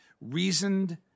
reasoned